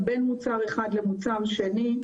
בין מוצר אחד למוצר שני,